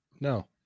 no